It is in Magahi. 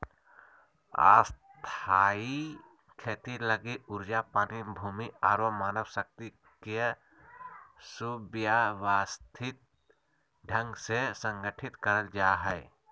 स्थायी खेती लगी ऊर्जा, पानी, भूमि आरो मानव शक्ति के सुव्यवस्थित ढंग से संगठित करल जा हय